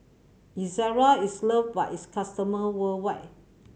Ezerra is loved by its customer worldwide